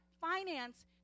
finance